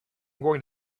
going